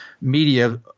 media